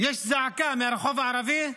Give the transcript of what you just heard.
יש זעקה מהרחוב הערבי,